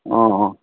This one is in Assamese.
অঁ